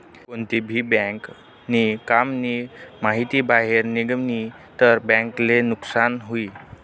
कोणती भी बँक नी काम नी माहिती बाहेर निगनी तर बँक ले नुकसान हुई